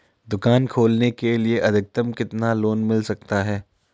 दुकान खोलने के लिए अधिकतम कितना लोन मिल सकता है?